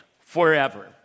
forever